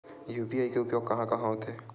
UPI के उपयोग कहां कहा होथे?